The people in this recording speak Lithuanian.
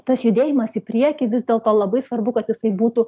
tas judėjimas į priekį vis dėl to labai svarbu kad jisai būtų